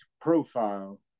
profile